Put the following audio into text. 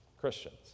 Christians